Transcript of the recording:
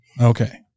Okay